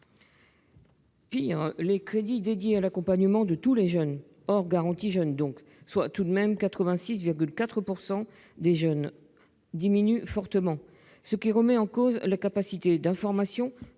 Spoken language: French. Pis, les crédits dédiés à l'accompagnement de tous les jeunes, hors garantie jeunes donc, soit tout de même 86,4 % des jeunes, diminuent fortement, ce qui remet en cause la capacité d'information,